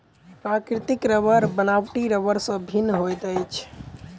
प्राकृतिक रबड़ बनावटी रबड़ सॅ भिन्न होइत अछि